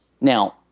Now